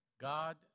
God